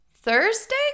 Thursday